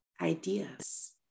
ideas